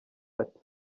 ati